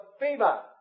fever